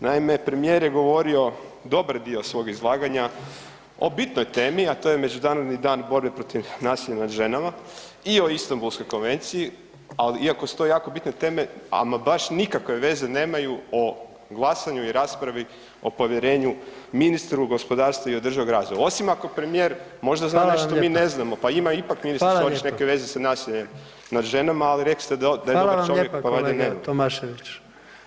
Naime, premijer je govorio dobar dio svog izlaganja o bitnoj temi a to je Međunarodni dan borbe protiv nasilja nad ženama i o Istambulskoj konvenciji, ali iako su to jako bitne teme, ama baš nikakve veze nemaju o glasanju i raspravi o povjerenju ministru gospodarstva i održivog razvoja, osim ako premijer možda [[Upadica: Hvala vam]] zna nešto što mi ne znamo, pa ima ipak [[Upadica: Hvala vam]] ministar Ćorić neke veze sa nasiljem nad ženama, ali rekli ste da [[Upadica: Hvala vam lijepa kolega Tomašević]] je dobar čovjek, pa valjda nema.